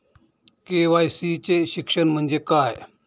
KYC चे शिक्षण म्हणजे काय?